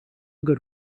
good